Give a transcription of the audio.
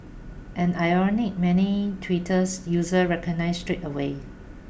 an irony many Twitter users recognised straight away